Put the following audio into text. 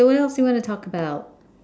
so what else you wanna talk about